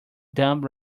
dumb